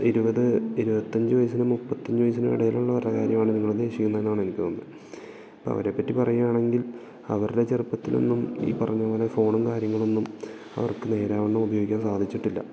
ഇരുപത് ഇരുപത്തി അഞ്ച് വയസ്സിനും മുപ്പത്തി അഞ്ച് വയസ്സിനും ഇടയിൽ ഉള്ളവരുടെ കാര്യമാണ് നിങ്ങൾ ഉദ്ദേശിക്കുന്നത് എന്നാണ് എനിക്ക് തോന്നുന്നത് അപ്പം അവരെ പറ്റി പറയുവാണെങ്കിൽ അവരുടെ ചെറുപ്പത്തിൽ ഒന്നും ഈ പറഞ്ഞത് പോലെ ഫോണും കാര്യങ്ങൾ ഒന്നും അവർക്ക് നേരാവണ്ണം ഉപയോഗിക്കാൻ സാധിച്ചിട്ടില്ല